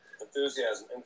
Enthusiasm